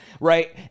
right